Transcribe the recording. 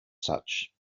such